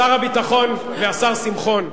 שר הביטחון והשר שמחון,